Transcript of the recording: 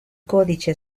codice